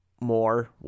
more